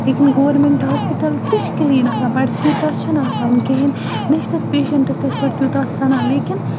لیکِن government hospital تہِ چھِ کٕلیٖن آسان بَٹ تیوٗتاہ چھِنہٕ آسان کِہیٖنۍ نہ چھِ تَتہِ پیشَنٹَس تِتھ پٲٹھۍ تیوٗتاہ سَنان لیکِن